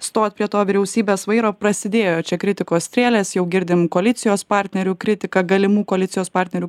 stot prie to vyriausybės vairo prasidėjo čia kritikos strėlės jau girdim koalicijos partnerių kritiką galimų koalicijos partnerių